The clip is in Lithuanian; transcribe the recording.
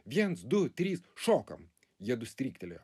viens du trys šokam jiedu stryktelėjo